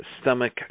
stomach